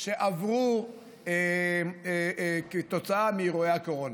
שעברו כתוצאה מאירועי הקורונה.